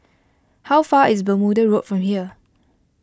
how far is Bermuda Road from here